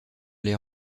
les